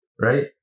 Right